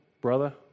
brother